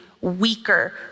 weaker